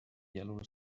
yellow